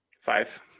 Five